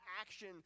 action